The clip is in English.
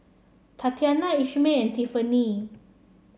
TatiannA Ishmael and Tiffanie